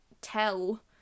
tell